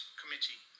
committee